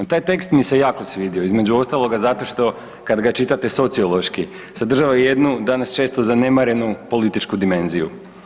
Taj tekst mi se jako svidio, između ostaloga, zato što, kad ga čitate sociološki, sadržava jednu, danas često zanemarenu političku dimenziju.